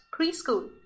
preschool